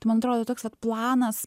tai man atrodo toks vat planas